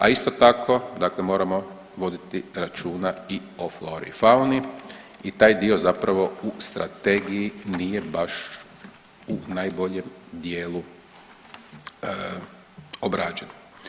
A isto tako, dakle moramo voditi računa i o flori i fauni i taj dio zapravo u strategiji nije baš u najboljem dijelu obrađen.